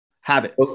habits